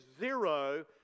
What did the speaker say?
zero